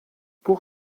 pour